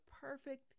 perfect